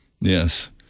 Yes